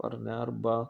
ar ne arba